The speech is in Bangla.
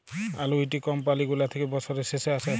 আলুইটি কমপালি গুলা থ্যাকে বসরের শেষে আসে